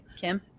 Kim